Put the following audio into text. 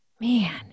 man